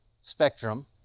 spectrum